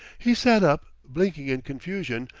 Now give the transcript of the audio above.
he sat up, blinking in confusion,